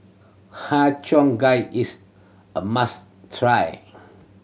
Har Cheong Gai is a must try